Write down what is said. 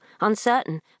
uncertain